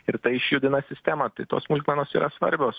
ir tai išjudina sistemą tai tos smulkmenos yra svarbios